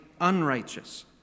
unrighteous